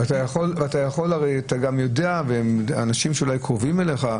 אתה גם יודע ואנשים שאולי קרובים אליך,